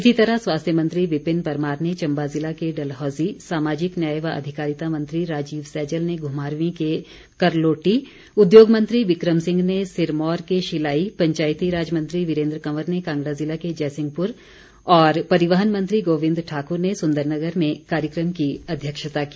इसी तरह स्वास्थ्य मंत्री विपिन परमार ने चंबा जिला के डलहौजी सामाजिक न्याय व अधिकारिता मंत्री राजीव सैजल ने घ्मारवीं के करलोटी उद्योग मंत्री बिक्रम सिंह ने सिरमौर के शिलाई पंचायती राज मंत्री वीरेन्द्र कंवर ने कांगड़ा जिला के जंयसिंहपुर और परिवहन मंत्री गोविंद ठाकुर ने सुंदरनगर में कार्यक्रम की अध्यक्षता की